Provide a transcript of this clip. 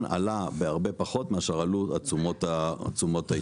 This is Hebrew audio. עלה בהרבה פחות מאשר עלו תשומות הייצור.